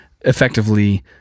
effectively